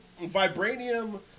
vibranium